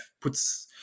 puts